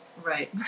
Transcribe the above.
Right